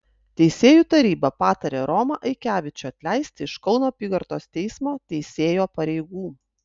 teisėjų taryba patarė romą aikevičių atleisti iš kauno apygardos teismo teisėjo pareigų